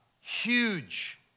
huge